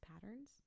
patterns